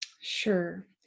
Sure